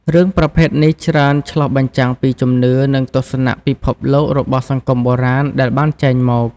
រឿងប្រភេទនេះច្រើនឆ្លុះបញ្ចាំងពីជំនឿ និងទស្សនៈពិភពលោករបស់សង្គមបុរាណដែលបានចែងមក ។